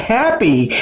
happy